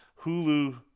Hulu